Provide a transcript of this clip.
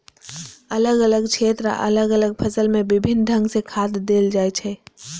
अलग अलग क्षेत्र आ अलग अलग फसल मे विभिन्न ढंग सं खाद देल जाइ छै